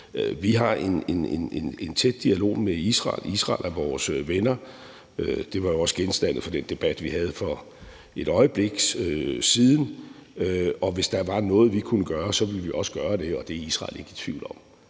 Vi har en tæt dialog med Israel. Israel er vores venner, og det var jo også genstanden for den debat, vi havde for et øjeblik siden, og hvis der var noget, vi kunne gøre, så ville vi også gøre det, og det er Israel ikke i tvivl om.